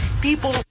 people